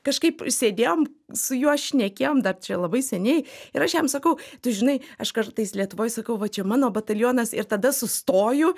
kažkaip sėdėjom su juo šnekėjom dar čia labai seniai ir aš jam sakau tu žinai aš kartais lietuvoj sakau va čia mano batalionas ir tada sustoju